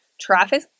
traffic